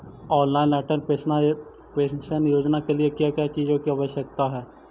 Online Atal pension Yojana के लिए क्या क्या चीजों की आवश्यकता है?